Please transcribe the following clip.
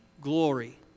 glory